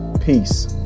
Peace